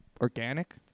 Organic